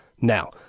now